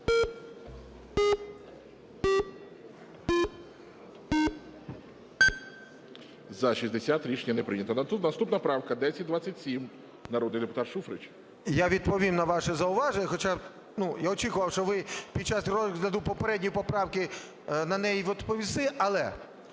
За-60 Рішення не прийнято. Наступна правка 1027. Народний депутат Шуфрич. 13:37:34 ШУФРИЧ Н.І. Я відповім на ваше зауваження, хоча я очікував, що ви під час розгляду попередньої поправки на неї відповісте, але